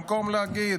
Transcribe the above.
במקום להגיד,